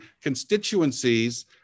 constituencies